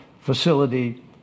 facility